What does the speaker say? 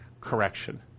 correction